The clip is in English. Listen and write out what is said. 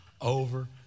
over